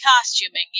costuming